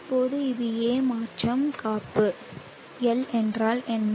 இப்போது இது A மற்றும் காப்பு L என்றால் என்ன